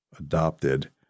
adopted